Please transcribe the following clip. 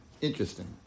interesting